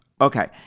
Okay